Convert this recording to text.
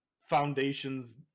foundations